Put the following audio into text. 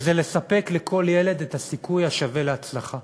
וזה לספק לכל ילד את הסיכוי השווה להצלחה.